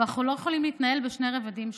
אבל אנחנו לא יכולים להתנהל בשני רבדים שונים.